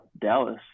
Dallas